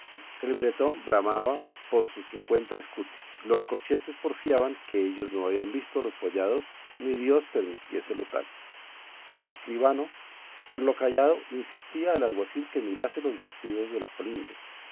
el bretón bramaba por sus cincuenta escuti los corchetes porfiaban que ellos no habían visto los follados ni dios permitiese lo tal el escribano por lo callado insistía al alguacil que mirase los vestidos de la colindres